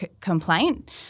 complaint